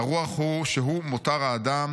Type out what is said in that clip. והרוח שהוא 'מותר האדם'